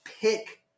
pick